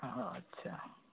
ଆଚ୍ଛା